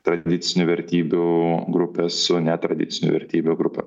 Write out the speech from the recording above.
tradicinių vertybių grupes su netradicinių vertybių grupe